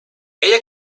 ella